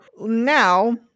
now